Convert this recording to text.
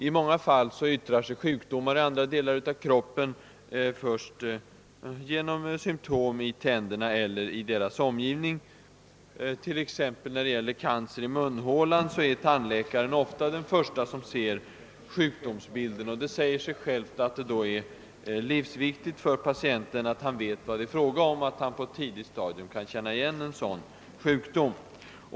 I många fall yttrar sig sjukdomar i andra delar av kroppen genom symtom i tänderna eller i deras omgivning. När det gäller cancer i munhålan t.ex. är tandläkaren ofta den förste som ser sjukdomsbilden, och det säger sig självt att det då är livsviktigt för patienten att tandläkaren vet vad det är fråga om, alt han på ett tidigt stadium känner igen en sådan sjukdom.